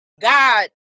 God